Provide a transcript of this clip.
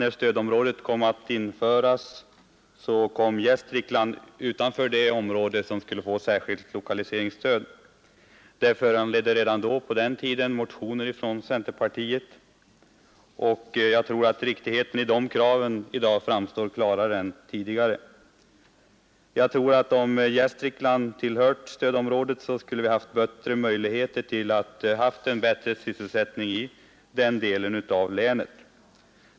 När stödområdet fastställdes kom Gästrikland utanför det område som skulle få särskilt lokaliseringsstöd. Detta föranledde redan på den tiden en motion från centerpartiet, och jag tror att riktigheten i kraven framstår klarare i dag än tidigare. Om Gästrikland hade tillhört stödområdet, skulle vi säkert ha haft bättre möjligheter till ökad sysselsättning i den delen av länet.